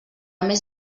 més